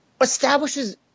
establishes